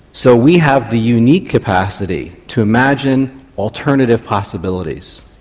so we have the unique capacity to imagine alternative possibilities,